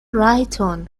rajton